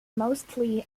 mostly